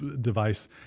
device